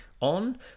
on